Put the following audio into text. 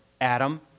adam